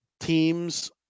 teams